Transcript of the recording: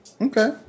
Okay